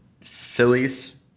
Phillies